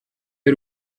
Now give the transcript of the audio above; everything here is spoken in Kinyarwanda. y’u